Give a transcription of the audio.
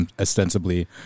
ostensibly